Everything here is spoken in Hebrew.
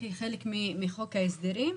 כחלק מחוק ההסדרים,